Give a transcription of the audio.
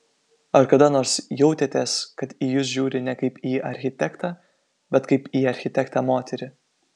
ar kada nors jautėtės kad į jūs žiūri ne kaip į architektą bet kaip į architektę moterį